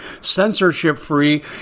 censorship-free